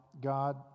God